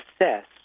assess